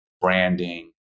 branding